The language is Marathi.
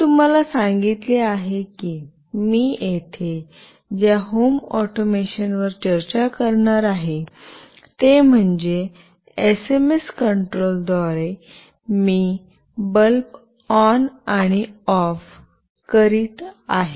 मी तुम्हाला सांगितले आहे की मी येथे ज्या होम ऑटोमेशनवर चर्चा करणार आहे ते म्हणजे एसएमएस कंट्रोलद्वारे मी बल्ब ऑन आणि ऑफ करीत आहे